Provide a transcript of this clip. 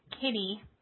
Kitty